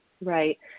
Right